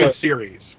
series